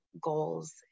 goals